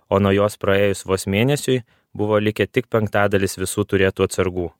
o nuo jos praėjus vos mėnesiui buvo likę tik penktadalis visų turėtų atsargų